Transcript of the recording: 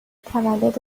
تولد